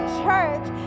church